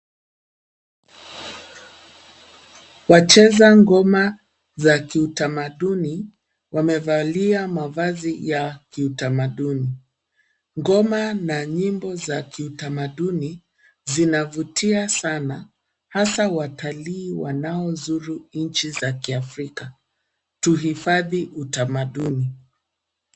Wacheza ngoma za kiutamaduni wamevalia mavazi za kiutamaduni. Ngoma na nyimbo za kiutamaduni zinavutia sana hasa watalii wanaozuru nchi za kiafrika. Tuhifadhi utamaduni.